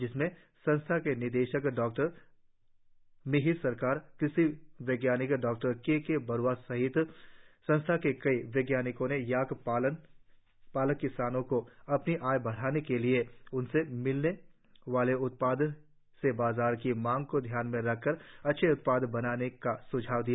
जिसमें संस्थान के निदेशक डॉ मिहिर सरकार कृषि वैज्ञानिक डॉ के के बरुवा सहित संस्थान के कई वैज्ञानिकों ने याक पालक किसानों को अपनी आय बढ़ाने के लिए उनसे मिलने वाले उत्पादों से बाजार की मांग को ध्यान में रखकर अच्छे उत्पाद बनाने का स्झाव दिया